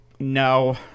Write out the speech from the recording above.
No